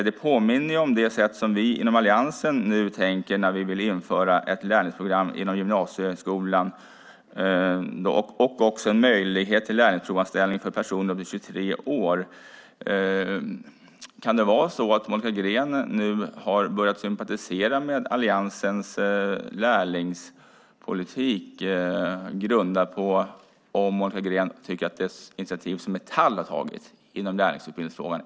Det påminner om det som vi i Alliansen gör när vi nu vill införa ett lärlingsprogram inom gymnasieskolan och möjlighet till lärlingsprovanställning för personer under 23 år. Har Monica Green börjat sympatisera med Alliansens lärlingspolitik, grundat på om Monica Green tycker att det initiativ som Metall har tagit är bra?